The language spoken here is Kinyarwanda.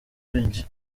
benshi